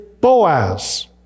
Boaz